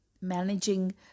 managing